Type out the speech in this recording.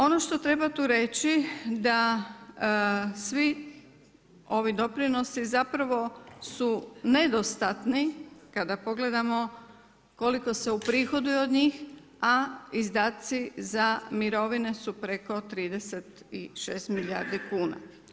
Ono što treba tu reći, da svi ovi doprinosi zapravo su nedostatni kada pogledamo koliko se uprihoduju od njih a izdaci za mirovine su preko 36 milijardi kuna.